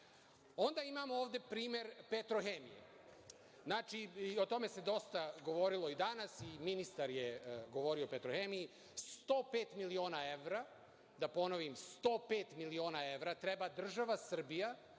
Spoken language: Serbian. imamo ovde primer „Petrohemije“. O tome se dosta govorilo i danas, i ministar je govorio o „Petrohemiji“, 105 miliona evra, da ponovim 105 miliona evra treba država Srbija